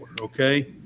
okay